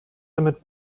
damit